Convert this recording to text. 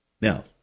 Now